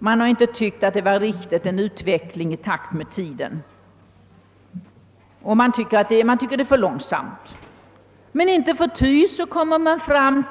Man har inte tyckt att det är en utveckling i takt med tiden, utan det är för långsamt. Inte förty kommer man